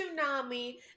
Tsunami